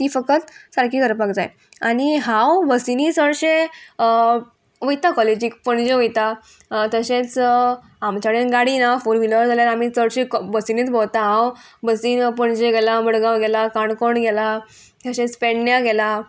ती फकत सारकी करपाक जाय आनी हांव बसींनी चडशें वयतां कॉलेजीक पणजे वयतां तशेंच आमचे कडेन गाडी ना फोर व्हिलर जाल्यार आमी चडशीं बसीनीत भोंवता हांव बसीन पणजे गेलां मडगांव गेलां काणकोण गेलां तशेंच पेडण्या गेलां